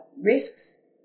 risks